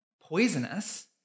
poisonous